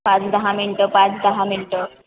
पाच दहा मिनटं पाच दहा मिनटं